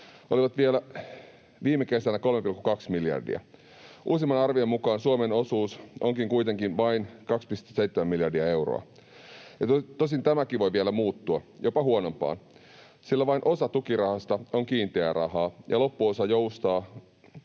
olivat vielä viime kesänä 3,2 miljardia. Uusimman arvion mukaan Suomen osuus onkin kuitenkin vain 2,7 miljardia euroa. Tosin tämäkin voi vielä muuttua, jopa huonompaan, sillä vain osa tukirahasta on kiinteää rahaa, ja loppuosa joustaa